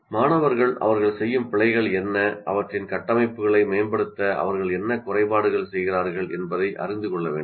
மாணவர்கள் அவர்கள் செய்யும் பிழைகள் என்ன அவற்றின் கட்டமைப்புகளை மேம்படுத்த அவர்கள் என்ன குறைபாடுகள் செய்கிறார்கள் என்பதை அறிந்து கொள்ள வேண்டும்